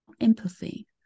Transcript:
empathy